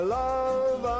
love